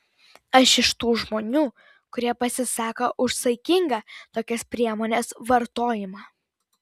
aš iš tų žmonių kurie pasisako už saikingą tokios priemonės vartojimą